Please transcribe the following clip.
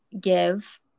give